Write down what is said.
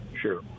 Sure